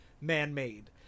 man-made